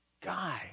guy